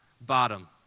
bottom